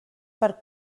per